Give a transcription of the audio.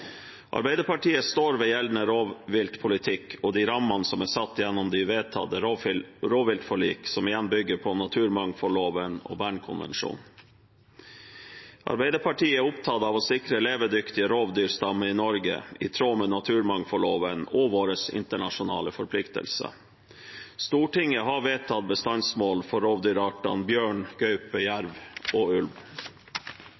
Arbeiderpartiet står ved gjeldende rovviltpolitikk og de rammene som er satt gjennom de vedtatte rovviltforlik, som igjen bygger på naturmangfoldloven og Bernkonvensjonen. Arbeiderpartiet er opptatt av å sikre levedyktige rovdyrstammer i Norge i tråd med naturmangfoldloven og våre internasjonale forpliktelser. Stortinget har vedtatt bestandsmål for rovdyrartene bjørn, gaupe,